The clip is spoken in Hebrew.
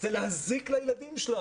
הרי זה פשוט להזיק לילדים שלנו.